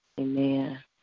Amen